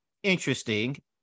interesting